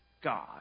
God